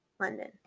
London